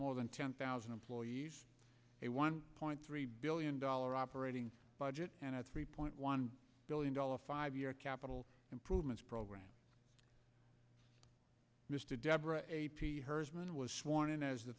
more than ten thousand employees a one point three billion dollars operating budget and a three point one billion dollars five year capital improvements program mr deborah hersman was sworn in as the